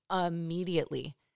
immediately